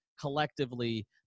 collectively